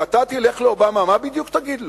כשאתה תלך לאובמה, מה בדיוק תגיד לו,